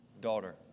daughter